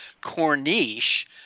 Corniche